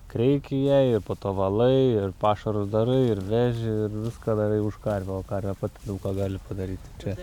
kreiki jai ir po to valai ir pašarus darai ir veži ir viską darai už karvę o karvė pati daug ką gali padaryti čia